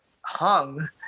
hung